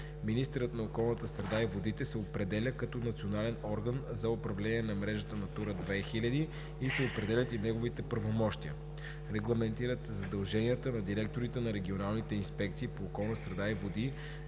Министърът на околната среда и водите се определя като национален орган за управление на мрежата „Натура 2000“ и се определят и неговите правомощия. Регламентират се задълженията на директорите на регионалните инспекции по околната среда и водите